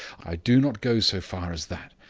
i do not go so far as that.